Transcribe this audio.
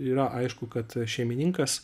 yra aišku kad šeimininkas